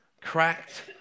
cracked